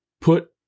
Put